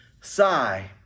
sigh